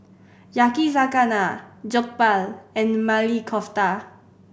Yakizakana Jokbal and Maili Kofta